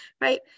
right